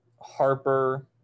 Harper